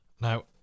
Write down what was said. Now